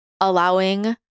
allowing